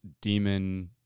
demon